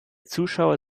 zuschauer